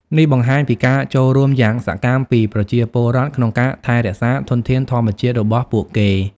នេះបង្ហាញពីការចូលរួមយ៉ាងសកម្មពីប្រជាពលរដ្ឋក្នុងការថែរក្សាធនធានធម្មជាតិរបស់ពួកគេ។